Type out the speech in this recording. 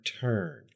turn